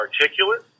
articulate